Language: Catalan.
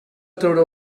treure